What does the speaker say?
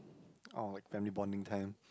orh like family bonding time